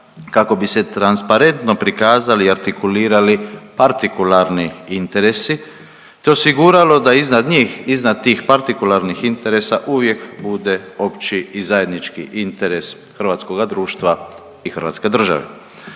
kako bi se transparentno prikazali i artikulirali partikularni interesi te osiguralo da iznad njih, iznad tih partikularnih interesa uvijek bude opći i zajednički interes hrvatskoga društva i hrvatske države.